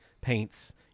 paints